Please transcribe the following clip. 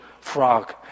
frog